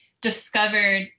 discovered